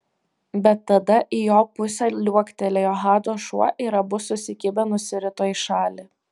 bet tada į jo pusę liuoktelėjo hado šuo ir abu susikibę nusirito į šalį